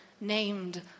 named